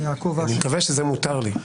אני מקווה שזה מותר לי.